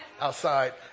outside